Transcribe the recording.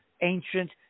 ancient